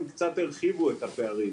וקצת הרחיבו את הפערים,